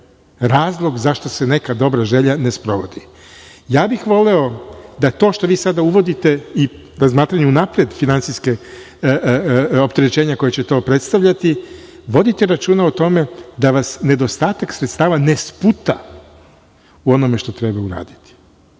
razlog zašto se neka dobra želja ne sprovodi. Ja bih voleo da, to što vi sada uvodite i razmatranje unapred finansijskog opterećenja koje će to predstavljati, vodite računa o tome da vas nedostatak sredstava ne sputa u onome što treba uraditi.